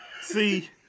See